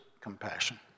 compassion